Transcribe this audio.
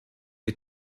die